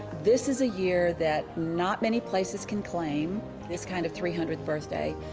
this is a year that not many places can claim this kind of three hundredth birthday,